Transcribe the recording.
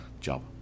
job